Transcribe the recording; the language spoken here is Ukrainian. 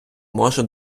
можу